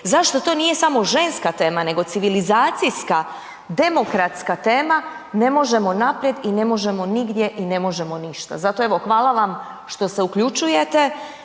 zašto to nije samo ženska tema nego civilizacijska, demokratska tema, ne možemo naprijed i ne možemo nigdje i ne možemo ništa. Zato evo hvala vam što se uključujete,